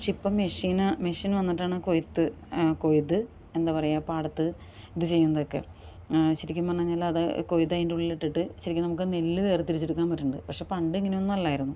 പക്ഷെ ഇപ്പം മെഷീനാണ് മെഷീൻ വന്നിട്ടാണ് കൊയ്ത്ത് കൊയ്ത് എന്താ പറയുക പാടത്ത് ഇത് ചെയ്യുന്നതൊക്കെ ശെരിക്കും പറഞ്ഞ് കഴിഞ്ഞാലത് കൊയ്ത് അതിൻടുള്ളിലിട്ടിട്ട് ശെരിക്ക് നമുക്ക് നെല്ല് വേർതിരിച്ചെടുക്കാൻ പറ്റുന്നുണ്ട് പക്ഷേ പണ്ടിങ്ങനെയൊന്നുമല്ലായിരുന്നു